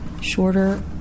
shorter